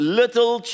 little